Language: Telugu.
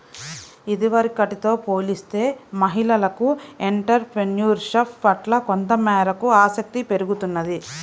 ఇదివరకటితో పోలిస్తే మహిళలకు ఎంటర్ ప్రెన్యూర్షిప్ పట్ల కొంతమేరకు ఆసక్తి పెరుగుతున్నది